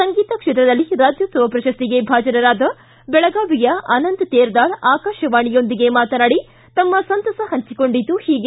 ಸಂಗೀತ ಕ್ಷೇತ್ರದಲ್ಲಿ ರಾಜ್ಯೋತ್ಸವ ಪ್ರಶಸ್ತಿಗೆ ಭಾಜನರಾದ ಬೆಳಗಾವಿಯ ಅನಂತ ತೇರದಾಳ ಆಕಾಶವಾಣಿಯೊಂದಿಗೆ ಮಾತನಾಡಿ ತಮ್ಮ ಸಂತಸ ಹಂಚಿಕೊಂಡಿದ್ದು ಹೀಗೆ